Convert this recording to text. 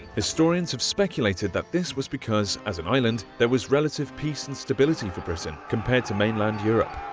historians have speculated that this was because as an island, there was relative peace and stability for britain compared to mainland europe.